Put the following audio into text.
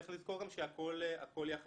צריך לזכור גם שהכול יחסי.